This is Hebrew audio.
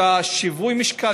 שיווי המשקל,